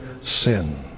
sin